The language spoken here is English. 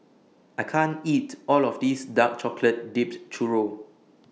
I can't eat All of This Dark Chocolate Dipped Churro